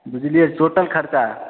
बुझलियै टोटल खर्चा